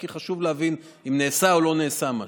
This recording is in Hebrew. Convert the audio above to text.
כי חשוב להבין אם נעשה או לא נעשה משהו.